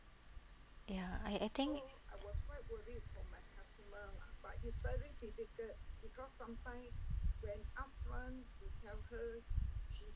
ya I I think